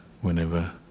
whenever